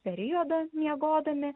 periodą miegodami